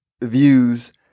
views